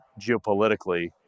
geopolitically